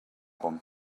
him